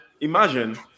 imagine